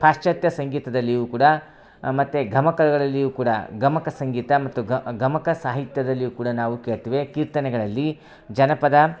ಪಾಶ್ಚಾತ್ಯ ಸಂಗೀತದಲ್ಲಿಯೂ ಕೂಡ ಮತ್ತು ಗಮಕಗಳಲ್ಲಿಯೂ ಕೂಡ ಗಮಕ ಸಂಗೀತ ಮತ್ತು ಗಮಕ ಸಾಹಿತ್ಯದಲ್ಲಿಯು ಕೂಡ ನಾವು ಕೇಳ್ತಿವಿ ಕೀರ್ತನೆಗಳಲ್ಲಿ ಜನಪದ